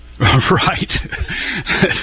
Right